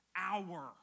hour